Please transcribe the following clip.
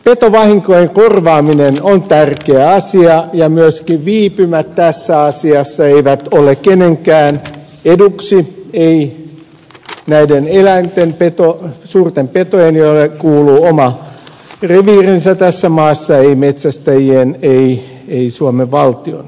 petovahinkojen korvaaminen on tärkeä asia ja myöskään viipymät tässä asiassa eivät ole kenenkään eduksi eivät näiden eläinten suurten petojen joille kuuluu oma reviirinsä tässä maassa eivät metsästäjien eivät suomen valtion eduksi